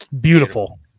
Beautiful